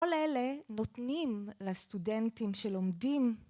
כל האלה מותנים לסטודנטים שלומדים..